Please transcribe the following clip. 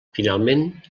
finalment